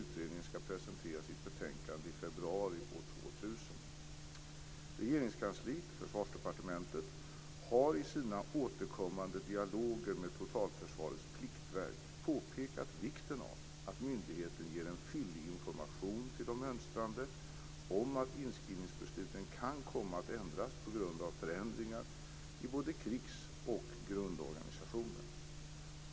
Utredningen skall presentera sitt betänkande i februari år Regeringskansliet har i sina återkommande dialoger med Totalförsvarets pliktverk påpekat vikten av att myndigheten ger en fyllig information till de mönstrande om att inskrivningsbesluten kan komma att ändras på grund av förändringar i både krigs och grundorganisationen.